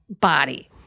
body